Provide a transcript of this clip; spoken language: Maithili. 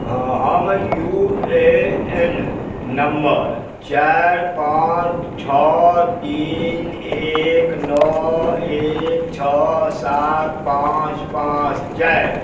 हाँ हम यू ए एन नम्बर चारि पाँच छओ तीन एक नओ एक छओ सात पाँच पाँच चारि